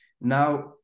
Now